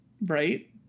Right